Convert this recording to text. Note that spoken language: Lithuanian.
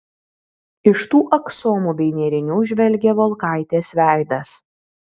iš tų aksomų bei nėrinių žvelgė volkaitės veidas